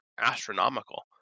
astronomical